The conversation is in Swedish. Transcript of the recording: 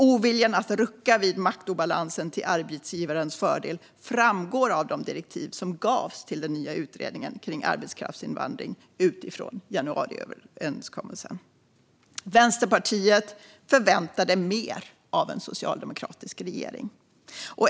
Oviljan att rucka på denna maktobalans till arbetsgivarens fördel framgår av de direktiv som gavs till den nya utredningen kring arbetskraftsinvandring utifrån januariöverenskommelsen. Vänsterpartiet förväntade mer av en socialdemokratisk regering.